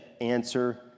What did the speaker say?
answer